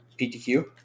PTQ